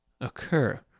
occur